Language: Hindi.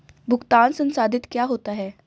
भुगतान संसाधित क्या होता है?